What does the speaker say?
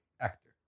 actor